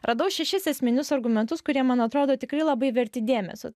radau šešis esminius argumentus kurie man atrodo tikrai labai verti dėmesio